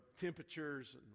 temperatures